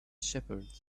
shepherd